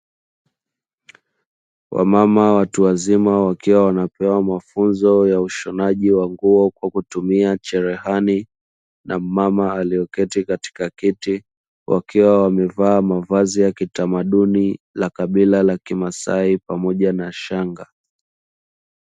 Wamama watu wazima wakiwa wanapewa mafunzo ya ushonaji wa nguo kwa kutumia cherehani, na mmama alieketi katika kiti wakiwa wamevaa mavazi ya kitamaduni la kabila la kimasai pamoja na shanga.